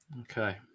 Okay